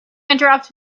interrupt